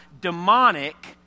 demonic